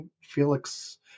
Felix